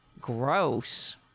Gross